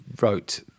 wrote